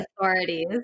authorities